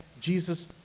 Jesus